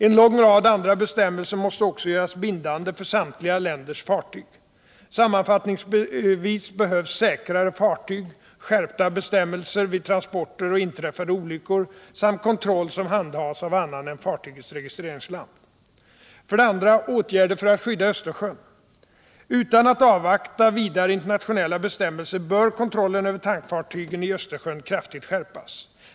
En lång rad andra bestämmelser måste också göras bindande för samtliga länders fartyg. Sammanfattningsvis behövs säkrare fartyg, skärpta bestämmelser vid transporter och inträffade olyckor sarnt kontroll som handhas av annan än fartygets registreringsland. Utan att avvakta vidare internationella bestämmelser bör kontrollen över tankfartygen i Östersjön kraftigt skärpas.